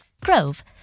grove